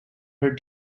her